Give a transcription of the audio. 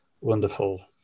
wonderful